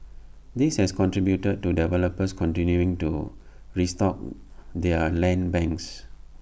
this has contributed to developers continuing to restock their land banks